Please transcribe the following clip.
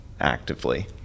actively